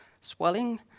swelling